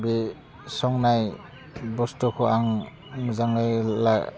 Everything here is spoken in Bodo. बे संनाय बस्थुखौ आं मोजाङै ला